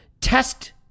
test